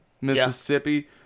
Mississippi